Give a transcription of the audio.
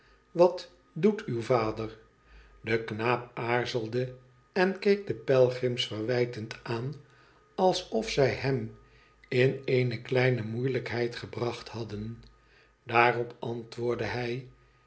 wat doet uw vader de knaap aarzelde en keek de pelgrims verwijtend aan alsof zij hem in eene kleme moeilijkheid gebracht hadden daarop antwoordde hij